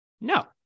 No